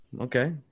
Okay